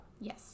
Yes